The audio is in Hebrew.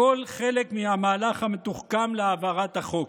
הכול חלק מהמהלך המתוחכם להעברת החוק.